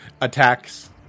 Attacks